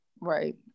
Right